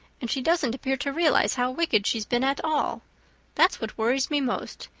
and she doesn't appear to realize how wicked she's been at all that's what worries me most.